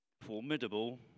formidable